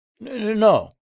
No